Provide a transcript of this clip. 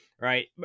right